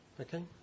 okay